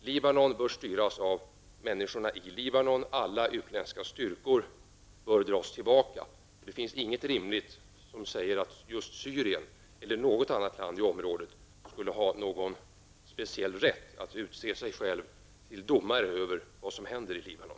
Libanon bör styras av människorna i Libanon. Alla utländska styrkor bör dras tillbaka. Det finns inget rimligt skäl som säger att Syrien eller något annat land i området skulle ha någon särskild rätt att utse sig själv till domare över vad som händer i Libanon.